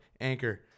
Anchor